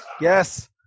Yes